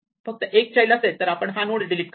फक्त एक चाइल्ड असेल तर आपण हा नोड डिलीट करतो